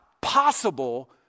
possible